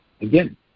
again